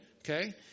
Okay